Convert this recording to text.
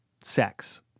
Sex